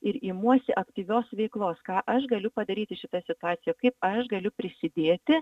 ir imuosi aktyvios veiklos ką aš galiu padaryti šita situacija kaip aš galiu prisidėti